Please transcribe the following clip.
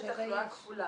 יש לתחלואה כפולה.